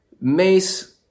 mace